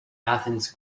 athens